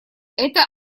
это